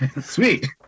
sweet